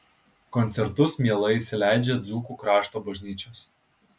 koncertus mielai įsileidžia dzūkų krašto bažnyčios